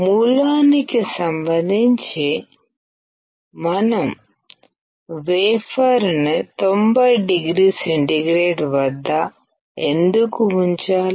మూలానికి సంబంధించి మనం వేఫర్ ను 90oవద్ద ఎందుకు ఉంచాలి